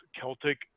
celtic